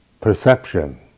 perception